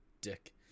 dick